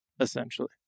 essentially